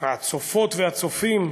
הצופות והצופים,